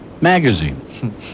magazine